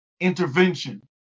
intervention